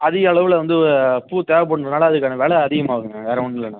அதிகளவில் வந்து பூ தேவைப்பட்றதுனால அதுக்கான வெலை அதிகமாகுதுங்க வேறு ஒன்றும் இல்லைண்ண